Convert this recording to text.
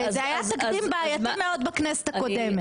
זה היה תקדים בעייתי מאוד בכנסת הקודמת.